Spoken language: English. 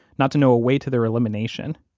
not to know a way to their elimination,